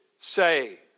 say